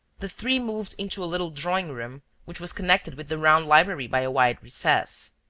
the three moved into a little drawing-room which was connected with the round library by a wide recess.